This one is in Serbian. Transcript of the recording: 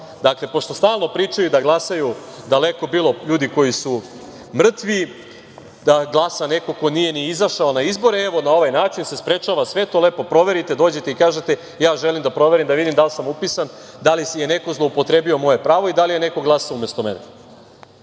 glasao. Pošto stalno pričaju da glasaju, daleko bilo, ljudi koji su mrtvi, da glasa neko ko nije ni izašao na izbore, evo na ovaj način se sprečava sve to. Lepo proverite i dođete i kažete - ja želim da proverim da vidim da li sam upisan, da li je neko zloupotrebio moje pravo i da li je neko glasao umesto mene. Ono